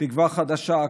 תקווה חדשה,